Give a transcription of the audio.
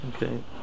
Okay